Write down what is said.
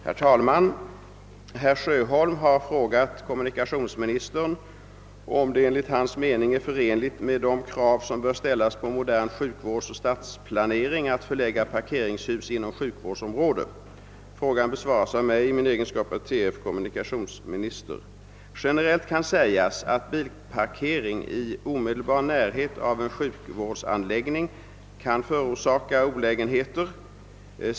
Herr talman! Herr Sjöholm har frågat kommunikationsministern om det enligt hans mening är förenligt med de krav som bör ställas på modern sjukvårdsoch stadsplanering att förlägga parkeringshus inom =<:sjukhusområde. Frågan besvaras av mig i min egenskap av tf. kommunikationsminister. Generellt kan sägas att bilparkering i omedelbar närhet av en sjukvårdsanläggning kan förorsaka olägenheter.